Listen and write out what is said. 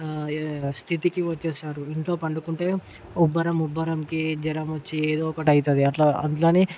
స్థితికి వచ్చేశారు ఇంట్లో పండుకుంటే ఉబ్బరం ఉబ్బరంకి జరం వచ్చి ఏదొకటి అవుతుంది అట్లా అట్లానే